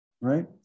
right